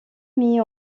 mis